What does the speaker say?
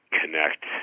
connect